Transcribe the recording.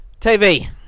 TV